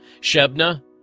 Shebna